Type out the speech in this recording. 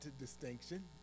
distinction